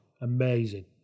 Amazing